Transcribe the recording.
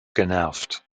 genervt